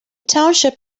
township